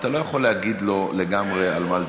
אתה לא יכול להגיד לו לגמרי על מה לדבר,